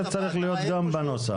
זה צריך להיות גם בנוסח.